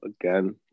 again